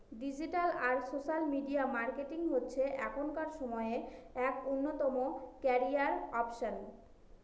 digital আর social media marketing হচ্ছে এখনকার সময়ে এক অন্যতম ক্যারিয়ার অপসন